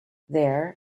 there